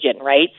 right